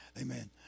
Amen